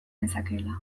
nezakeela